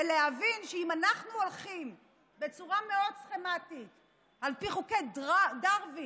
ולהבין שאם אנחנו הולכים בצורה מאוד סכמטית על פי חוקי דרווין,